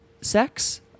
sex